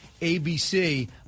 ABC